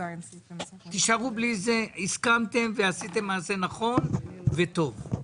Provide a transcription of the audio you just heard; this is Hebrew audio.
תישארו בלי זה, הסכמתם ועשיתם מעשה נכון וטוב.